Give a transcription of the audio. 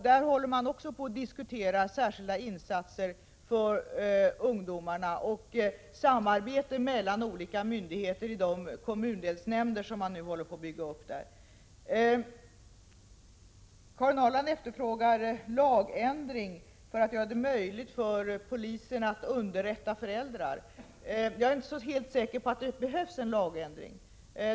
Där håller man också på att diskutera särskilda insatser för ungdomar och samarbete mellan olika myndigheter i de kommundelsnämnder som nu håller på att byggas upp där. Karin Ahrland efterfrågar lagändringar för att göra det möjligt för polisen att underrätta föräldrar. Jag är inte helt säker på att det behövs någon lagändring.